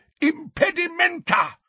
Impedimenta